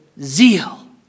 zeal